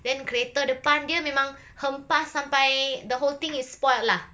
then kereta depan dia memang hempas sampai the whole thing is spoilt lah